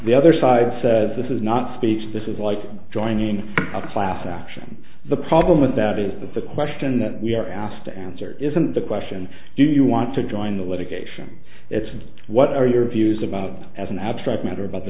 the other side says this is not speech this is like joining a class action the problem with that is that the question that we are asked to answer isn't the question do you want to join the litigation it's what are your views about as an abstract matter about the